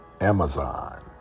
Amazon